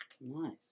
Nice